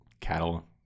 cattle